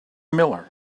miller